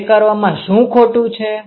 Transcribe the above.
તે કરવામાં શું ખોટું છે